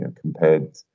compared